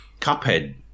Cuphead